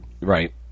Right